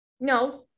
No